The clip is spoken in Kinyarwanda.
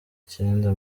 cyenda